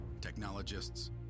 technologists